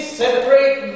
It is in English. separate